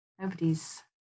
Nobody's